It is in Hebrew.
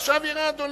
עכשיו, יראה, אדוני,